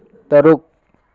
ꯇꯔꯨꯛ